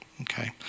Okay